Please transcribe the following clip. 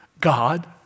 God